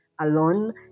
alone